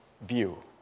view